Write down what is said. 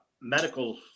medical